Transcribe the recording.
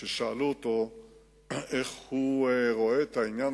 כששאלו אותו איך הוא רואה את העניין